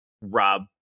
Rob